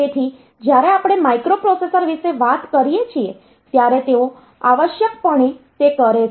તેથી જ્યારે આપણે માઇક્રોપ્રોસેસર વિશે વાત કરીએ છીએ ત્યારે તેઓ આવશ્યકપણે તે કરે છે